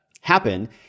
happen